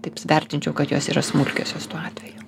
taip vertinčiau kad jos yra smulkiosios tuo atveju